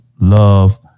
love